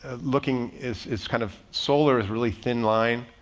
ah looking is is kind of, solar is really thin line.